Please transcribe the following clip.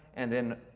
and then,